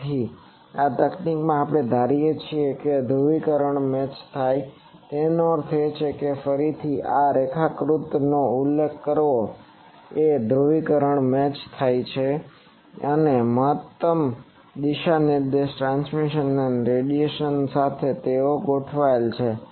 તેથી આ તકનીકમાં આપણે ધારીએ છીએ કે ધ્રુવીકરણ મેચ થાય છે તેનો અર્થ એ કે ફરીથી આ રેખાકૃતિનો ઉલ્લેખ કરવો કે ધ્રુવીકરણ મેચ થાય છે અને મહત્તમ દિશા નિર્દેશન ટ્રાન્સમિશન અને રેડિયેશન તેઓ સાથે ગોઠવાયેલ છે